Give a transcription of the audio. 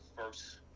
first